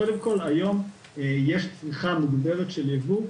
קודם כל היום יש צריכה מוגברת של ייבוא,